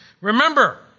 Remember